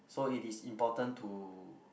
so it is important to